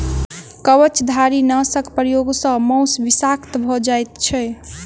कवचधारीनाशक प्रयोग सॅ मौस विषाक्त भ जाइत छै